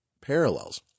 Parallels